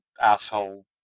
asshole